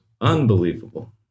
Unbelievable